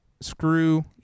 screw